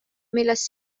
millest